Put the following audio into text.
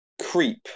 creep